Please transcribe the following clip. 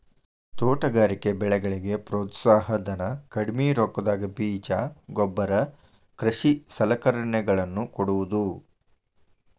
ತೋಟಗಾರಿಕೆ ಬೆಳೆಗಳಿಗೆ ಪ್ರೋತ್ಸಾಹ ಧನ, ಕಡ್ಮಿ ರೊಕ್ಕದಾಗ ಬೇಜ ಗೊಬ್ಬರ ಕೃಷಿ ಸಲಕರಣೆಗಳ ನ್ನು ಕೊಡುವುದು